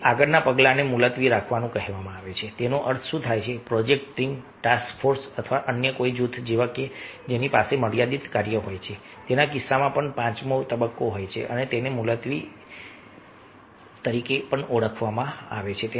હવે આગળના પગલાને મુલતવી રાખવું કહેવામાં આવે છે તેનો અર્થ શું થાય છે પ્રોજેક્ટ ટીમ ટાસ્ક ફોર્સ અથવા અન્ય કોઈ જૂથ જેવા કે જેની પાસે મર્યાદિત કાર્ય હોય છે તેના કિસ્સામાં પણ પાંચમો તબક્કો હોય છે અને તેને મુલતવી મુલતવી તરીકે ઓળખવામાં આવે છે